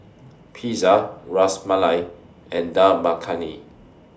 Pizza Ras Malai and Dal Makhani